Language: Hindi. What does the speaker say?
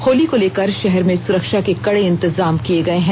होली को लेकर शहर में सुरक्षा के कड़े इंतजाम किए गए हैं